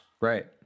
Right